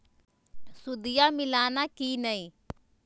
सुदिया मिलाना की नय?